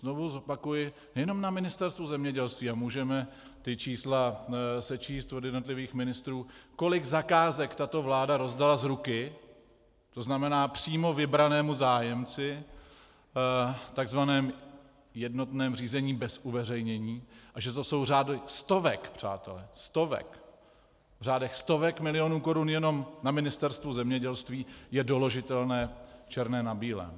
Znovu zopakuji: jenom na Ministerstvu zemědělství můžeme ta čísla sečíst od jednotlivých ministrů, kolik zakázek tato vláda rozdala z ruky, to znamená přímo vybranému zájemci, v takzvaném jednotném řízení bez uveřejnění, a že to jsou řády stovek, přátelé, stovek , v řádech stovek milionů korun jenom na Ministerstvu zemědělství, je doložitelné černé na bílém.